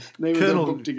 Colonel